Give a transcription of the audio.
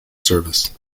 service